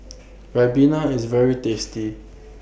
Ribena IS very tasty